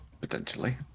Potentially